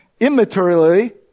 immaterially